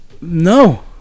No